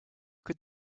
could